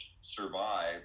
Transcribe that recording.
survive